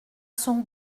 son